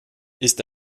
ist